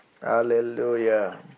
Hallelujah